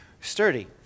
sturdy